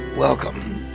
Welcome